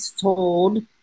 told